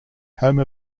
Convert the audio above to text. home